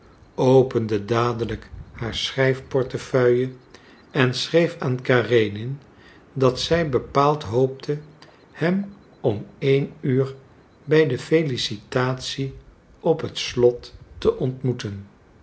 opende dadelijk haar schrijfportefeuille en schreef aan karenin dat zij bepaald hoopte hem om één uur bij de felicitatie op het slot te ontmoeten